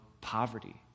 poverty